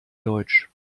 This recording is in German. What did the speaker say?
deutsch